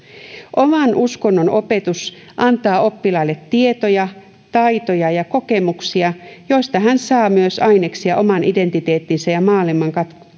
oman uskonnon opetus antaa oppilaille tietoja taitoja ja kokemuksia joista hän saa myös aineksia oman identiteettinsä ja